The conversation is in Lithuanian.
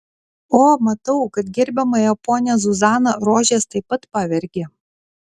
o matau kad gerbiamąją ponią zuzaną rožės taip pat pavergė